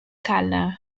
colour